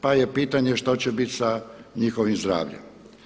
Pa je pitanje šta će biti sa njihovim zdravljem.